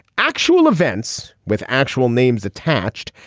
actual events with actual names attached.